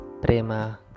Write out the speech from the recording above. Prema